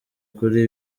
kuri